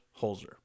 Holzer